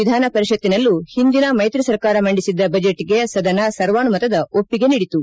ವಿಧಾನ ಪರಿಷತ್ತಿನಲ್ಲೂ ಹಿಂದಿನ ಮೈತ್ರಿ ಸರ್ಕಾರ ಮಂಡಿಸಿದ್ದ ಬಜೆಟ್ಗೆ ಸದನ ಸರ್ವಾನುಮತದ ಒಪ್ಪಿಗೆ ನೀಡಿತು